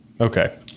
Okay